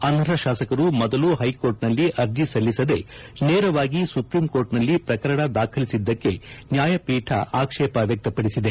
ಅನರ್ಹ ಶಾಸಕರು ಮೊದಲು ಹೈಕೋರ್ಟ್ನಲ್ಲಿ ಅರ್ಜಿ ಸಲ್ಲಿಸದೇ ನೇರವಾಗಿ ಸುಪ್ರೀಂ ಕೋರ್ಟ್ನಲ್ಲಿ ಪ್ರಕರಣ ದಾಖಲಿಸಿದ್ದಕ್ಷೆ ನ್ನಾಯ ಪೀಠ ಆಕ್ಸೇಪ ವ್ಯಕ್ತಪಡಿಸಿದೆ